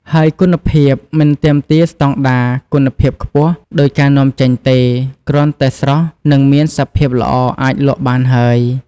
ហើយគុណភាព មិនទាមទារស្តង់ដារគុណភាពខ្ពស់ដូចការនាំចេញទេ គ្រាន់តែស្រស់ និងមានសភាពល្អអាចលក់បានហើយ។